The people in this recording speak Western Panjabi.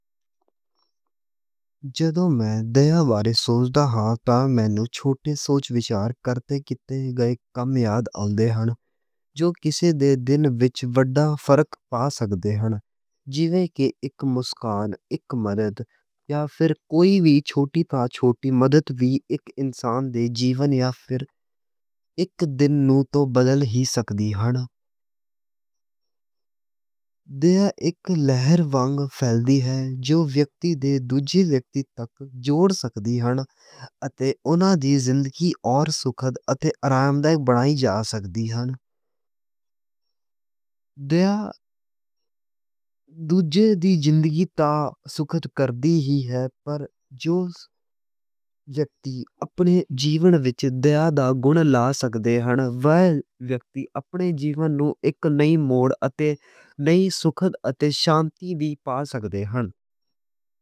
جدوں میں دیا بارے سوچدا ہاں تاں مینوں چھوٹے سوچ وچار کرتے کِتے گئے کم یاد آؤندے ہن۔ جو کسے دے دن وچ وڈا فرق پا سکدے ہن۔ جیویں کہ اک مسکان، اک مدد یا پھر کوئی وی چھوٹی توں چھوٹی مدد وی اک انسان دے جیون یا پھر اک دن نوں تاں بدل ہی سکدی ہن۔ دیا اک لہر وانگ پھیل دی اے۔ جو ویکتی دے دوجے ویکتی تک جوڑ سکدی ہن۔ اتے اونا دی زندگی اور سکھد اتے آرام دہ بنائی جا سکدی ہن۔ دیا دوجے دی زندگی تا سکھد کر دی اے۔ پر جو ویکتی اپنے جیون وچ دیا دا گن لا سکدے ہن۔ اوہ ویکتی اپنے جیون نوں اک نئی موڑ اتے نئی سکھد اتے شانتی وی پا سکدے ہن۔